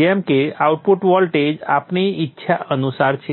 જેમ કે output voltage આપણી ઇચ્છા અનુસાર છે